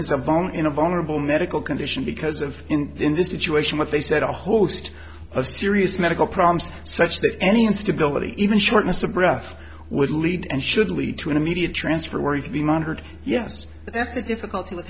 is a bone in a vulnerable medical condition because of in this situation what they said a host of serious medical problems such that any instability even shortness of breath would lead and should lead to an immediate transfer where you can be monitored yes that's the difficulty with having a